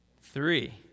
Three